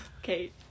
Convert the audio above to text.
Okay